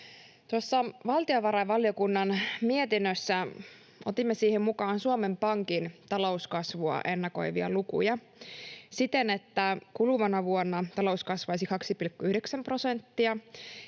valtiovarainvaliokunnan mietinnössä otimme mukaan Suomen Pankin talouskasvua ennakoivia lukuja siten, että kuluvana vuonna talous kasvaisi 2,9 prosenttia,